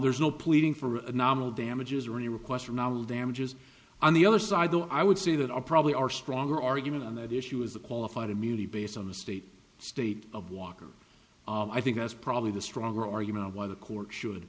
there's no pleading for a nominal damages or any requests for non damages on the other side though i would say that i probably are stronger argument on that issue as a qualified immunity based on the state state of walker i think that's probably the stronger argument of why the court should